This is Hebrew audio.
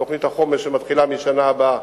תוכנית החומש שמתחילה מהשנה הבאה,